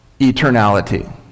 eternality